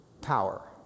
power